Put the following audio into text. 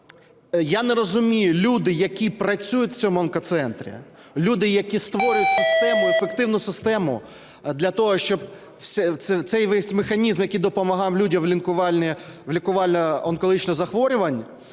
Я не розумію, люди, які працюють в цьому онкоцентрі, люди, які створюють систему, ефективну систему для того, щоб цей весь механізм, який допомагав людям в лікуванні онкологічних захворювань,